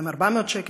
2,400 שקל.